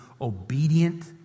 obedient